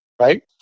right